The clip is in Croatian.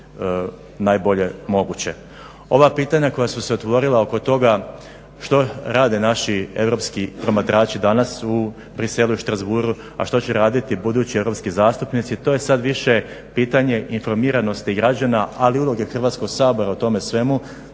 Ova pitanja koja su se otvorila oko toga što rade naši europski promatrači dana u Bruxellesu i Strasbourgu, a što će raditi budući europski zastupnici to je sad više pitanje informiranosti građana ali i uloge Hrvatskog sabora u tome svemu.